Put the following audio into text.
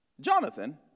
Jonathan